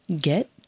get